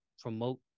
promote